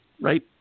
right